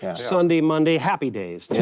and sunday, monday, happy days.